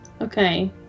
Okay